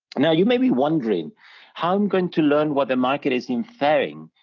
now you may be wondering how i'm going to learn what the market is in fairing,